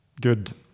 good